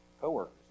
coworkers